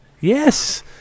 Yes